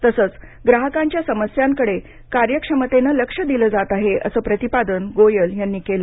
तसंच ग्राहकांच्या समस्यांकडे कार्यक्षमतेने लक्ष दिलं जात आहे असं प्रतिपादन गोयल यांनी केलं